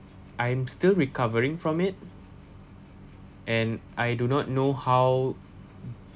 I'm still recovering from it and I do not know how